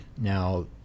now